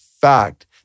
fact